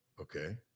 Okay